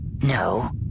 No